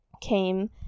came